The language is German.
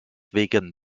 wegen